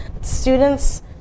Students